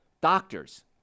doctors